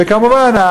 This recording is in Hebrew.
וכמובן,